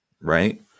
right